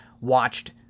Watched